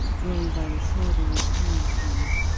going by the sword in your hand, the